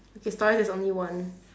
okay stories there's only one